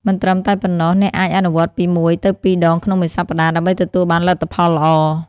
មិនត្រឹមតែប៉ុណ្ណោះ អ្នកអាចអនុវត្តន៍ពី ១ ទៅ ២ ដងក្នុងមួយសប្តាហ៍ ដើម្បីទទួលបានលទ្ធផលល្អ។